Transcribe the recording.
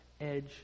edge